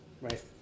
Right